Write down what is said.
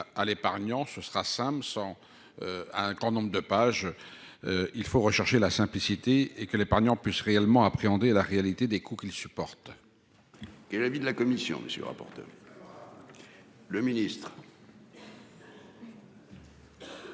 à l'épargnant. Ce sera Sam sans. Un grand nombre de pages. Il faut rechercher la simplicité et que l'épargnant puisse réellement appréhender la réalité des coûts qui le supporte. Qu'est l'avis de la commission. Monsieur le rapporteur. Le ministre.